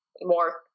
more